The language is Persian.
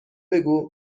بگو